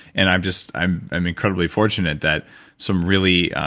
and i'm just, i'm i'm incredibly fortunate that some really,